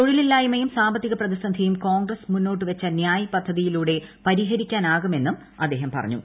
തൊഴിലില്ലായ്മയും സാമ്പത്തിക പ്രതിസന്ധിയും കോൺഗ്രസ് മുന്നോട്ടുവച്ച ന്യായ് പദ്ധതിയിലൂടെ പരിഹരിക്കാനാകുമെന്നും അദ്ദേഹം പറഞ്ഞു